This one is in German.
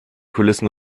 kulissen